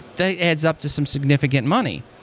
that adds up to some significant money,